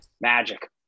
Magic